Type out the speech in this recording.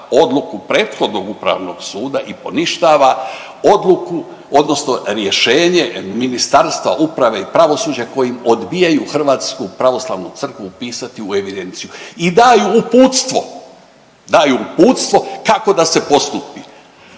odluku prethodnog Upravnog suda i poništava odluku odnosno rješenje Ministarstva uprave i pravosuđa kojim odbijaju Hrvatsku pravoslavnu crkvu upisati u evidenciju i daju uputstvo, daju uputstvo kako da se postupi